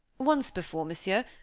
once before, monsieur,